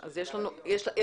יפה, יש לנו חדשה.